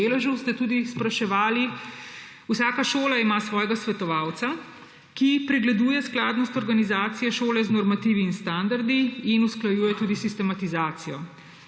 deležu, ste tudi spraševali. Vsaka šola ima svojega svetovalca, ki pregleduje skladnost organizacije šole z normativi in standardi ter usklajuje tudi sistemizacijo.